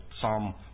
Psalm